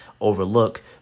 overlook